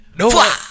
No